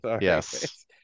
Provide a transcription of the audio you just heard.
Yes